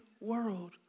world